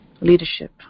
leadership